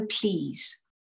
please